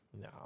No